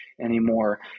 anymore